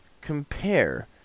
compare